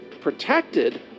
protected